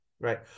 Right